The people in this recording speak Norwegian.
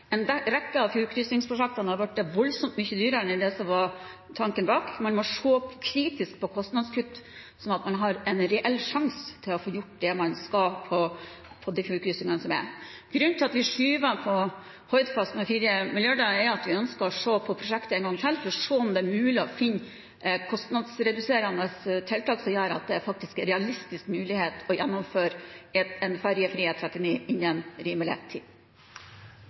det. En rekke av fjordkryssingsprosjektene har blitt voldsomt mye dyrere enn det som var tanken. Man må se kritisk på kostnadskutt, slik at man har en reell sjanse til å få gjort det man skal, på de fjordkryssingene som er. Grunnen til at vi skyver på Hordfast med 4 mrd. kr, er at vi ønsker å se på prosjektet en gang til, for å se om det er mulig å finne kostnadsreduserende tiltak som gjør at det faktisk er en realistisk mulighet for å gjennomføre en ferjefri E39 innen rimelig tid.